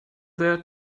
there